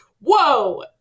whoa